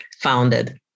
founded